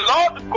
Lord